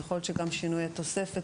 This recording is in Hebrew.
אז יכול להיות שגם שינוי התוספת,